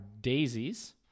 daisies